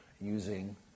using